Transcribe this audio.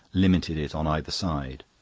limited it on either side.